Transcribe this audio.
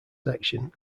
section